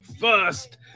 first